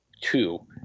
two